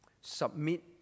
submit